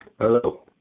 Hello